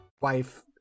Wife